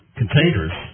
containers